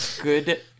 good